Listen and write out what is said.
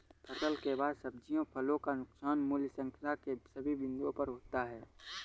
फसल के बाद सब्जियों फलों का नुकसान मूल्य श्रृंखला के सभी बिंदुओं पर होता है